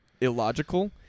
illogical